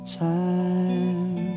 time